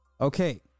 Okay